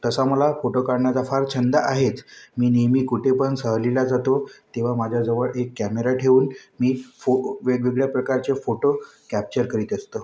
तसा मला फोटो काढण्याचा फार छंद आहेच मी नेहमी कुठे पण सहलीला जातो तेव्हा माझ्याजवळ एक कॅमेरा ठेवून मी फो वेगवेगळ्या प्रकारचे फोटो कॅप्चर करीत असतो